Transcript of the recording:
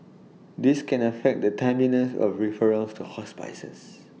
this can affect the timeliness of referrals to hospices